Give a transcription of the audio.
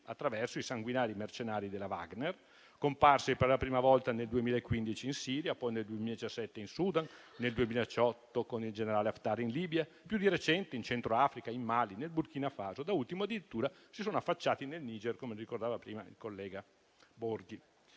attraverso i sanguinari mercenari della Wagner, comparsi per la prima volta nel 2015 in Siria, poi nel 2017 in Sudan, nel 2018 con il generale Haftar in Libia e più recentemente in centro Africa, in Mali, nel Burkina Faso, da ultimo addirittura si sono affacciati nel Niger, come ricordava prima il collega Borghi.